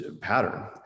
pattern